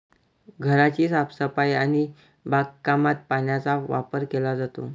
घराची साफसफाई आणि बागकामात पाण्याचा वापर केला जातो